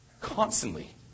constantly